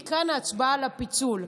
ומכאן ההצבעה על הפיצול.